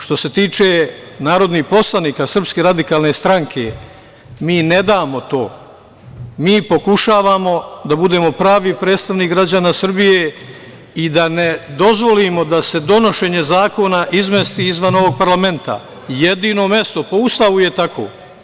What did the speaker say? Što se tiče narodnih poslanika SRS mi ne damo to, mi pokušavamo da budemo pravi predstavnici građana Srbije i da ne dozvolimo da se donošenje zakona izmesti izvan ovog parlamenta, jedino mesto, po Ustavu je tako.